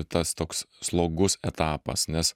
tas toks slogus etapas nes